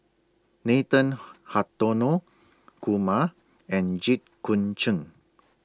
Nathan Hartono Kumar and Jit Koon Ch'ng